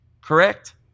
correct